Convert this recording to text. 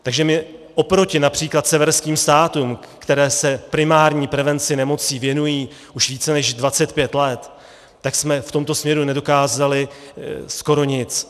Takže my oproti např. severským státům, které se primární prevenci nemocí věnují už více než 25 let, tak jsme v tomto směru nedokázali skoro nic.